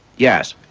yes,